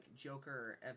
joker